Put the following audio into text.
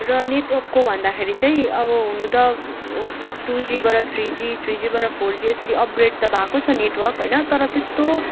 र नेटवर्कको भन्दाखेरि चाहिँ अब हुनु त टुजिबाट थ्री जी थ्रिजीबाट फोर जी यसरी अपग्रेड त भएको छ नेटवर्क होइन तर त्यस्तो